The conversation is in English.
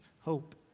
hope